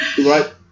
right